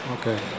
Okay